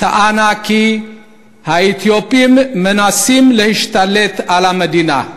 טענה כי האתיופים מנסים להשתלט על המדינה.